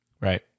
right